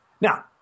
Now